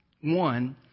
One